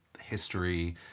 history